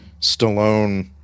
Stallone